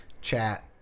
chat